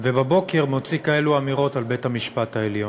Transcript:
ובבוקר מוציא כאלו אמירות על בית-המשפט העליון.